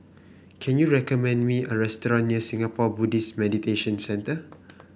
can you recommend me a restaurant near Singapore Buddhist Meditation Center